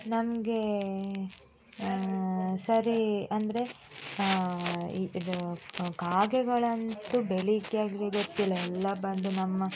ನಮಗೆ ಸರಿ ಅಂದರೆ ಇದು ಕಾಗೆಗಳಂತೂ ಬೆಳಗ್ಗೆ ಆಗಿದೆ ಗೊತ್ತಿಲ್ಲ ಎಲ್ಲ ಬಂದು ನಮ್ಮ